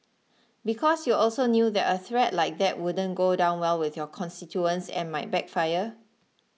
because you also knew that a threat like that wouldn't go down well with your constituents and might backfire